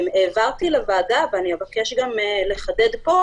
העברתי לוועדה ואני אבקש לחדד גם פה